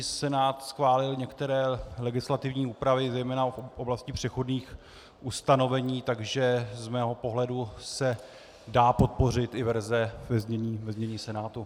Senát schválil některé legislativní úpravy zejména v oblasti přechodných ustanovení, takže z mého pohledu se dá podpořit i verze ve znění Senátu.